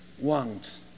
wants